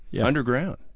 underground